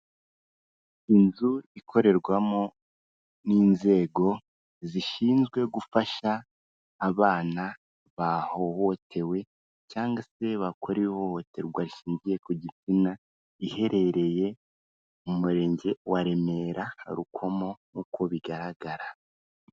Inzu ikorerwamo n'inzego zishinzwe gufasha abana bahohotewe cyangwa se bakore ihohoterwa rishingiye ku gitsina. Iherereye mu murenge wa Remera, Rukomo nk' uko bigaragara.